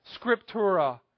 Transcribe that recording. Scriptura